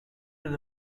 with